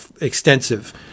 extensive